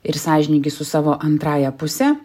ir sąžiningi su savo antrąja puse